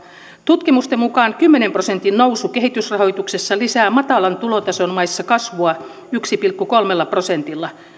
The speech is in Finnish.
tutkimusten mukaan kymmenen prosentin nousu kehitysrahoituksessa lisää matalan tulotason maissa kasvua yhdellä pilkku kolmella prosentilla